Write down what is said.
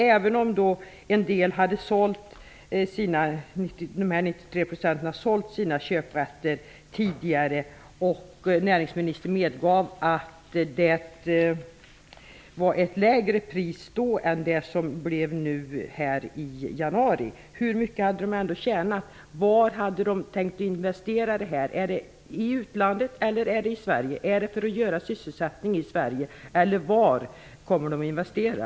Även om köparna har sålt sammanlagt 93 % av sina köprätter, och näringsministern medgav att det var lägre pris då än i januari, hur mycket har de tjänat? Var hade de tänkt att investera pengarna i -- i utlandet eller i Sverige? Var kommer det att investera?